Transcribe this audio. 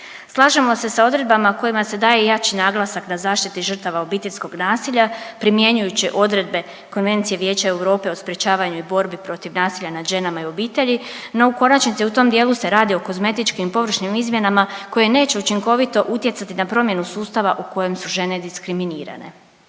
Slažemo se sa odredbama kojima se daje jači naglasak na zaštiti žrtava obiteljskog nasilja primjenjujući odredbe Konvencije Vijeća Europe o sprječavanju i borbi protiv nasilja nad ženama i obitelji. No u konačnici u tom dijelu se radi o kozmetičkim i površnim izmjenama koje neće učinkovito utjecati na promjenu sustava u kojem su žene diskriminirane.